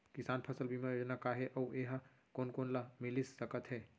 किसान फसल बीमा योजना का हे अऊ ए हा कोन कोन ला मिलिस सकत हे?